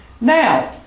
Now